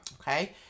Okay